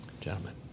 Gentlemen